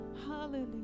Hallelujah